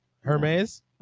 Hermes